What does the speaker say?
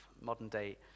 modern-day